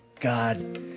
God